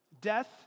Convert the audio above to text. Death